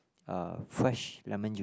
a fresh lemon juice